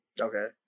okay